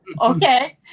Okay